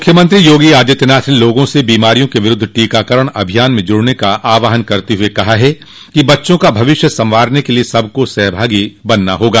मुख्यमंत्री योगी आदित्यनाथ ने लोगों से बीमारियों के विरूद्ध टीकाकरण अभियान में जुड़ने का आहवान करते हुए कहा कि बच्चों का भविष्य संवारने के लिये सबको सहभागी बनना होगा